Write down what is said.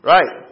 Right